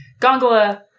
gongola